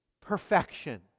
perfection